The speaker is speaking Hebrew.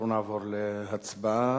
אנחנו נעבור להצבעה